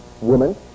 woman